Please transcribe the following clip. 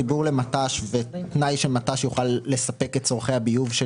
חיבור למט"ש ותנאי שמט"ש יוכל לספק את צורכי הביוב של